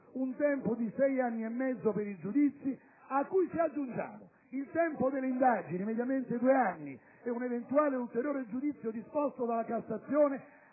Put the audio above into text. un tempo di sei anni e mezzo per i giudizi; se aggiungiamo il tempo delle indagini (mediamente due anni) e un eventuale ulteriore giudizio disposto dalla Cassazione